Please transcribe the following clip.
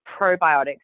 probiotics